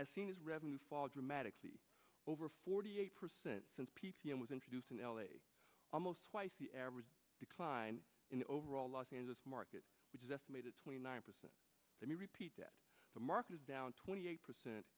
has seen its revenue fall dramatically over forty eight percent since was introduced in l a almost twice the average decline in the overall los angeles market which is estimated twenty nine percent let me repeat that the market is down twenty eight percent